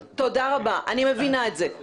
אני מבינה את זה,